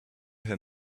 her